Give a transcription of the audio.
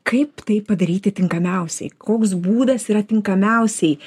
kaip tai padaryti tinkamiausiai koks būdas yra tinkamiausiai